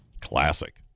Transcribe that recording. Classic